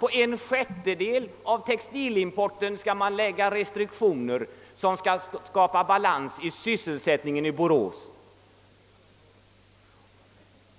På en sjättedel av textilimporten vill man lägga restriktioner för att skapa balans i sysselsättningen i vår textilindustri.